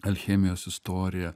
alchemijos istorija